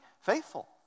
faithful